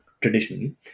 traditionally